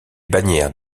bannières